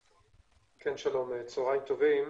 שלום, צהרים טובים.